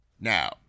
Now